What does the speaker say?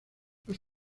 los